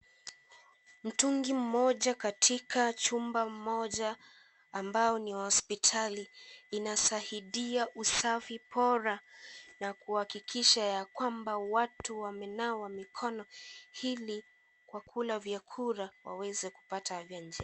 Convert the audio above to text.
Mtungi mmoja katika chumba mmoja ambayo ni ya hospitali inasaidia usafi bora na kuhakikisha ya kwamba watu wamenawa mikono ili kwa kula chakula waweze kupata afya njema.